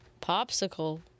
Popsicle